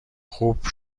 خوب